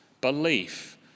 belief